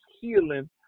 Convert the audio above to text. healing